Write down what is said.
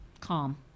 calm